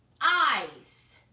eyes